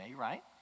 right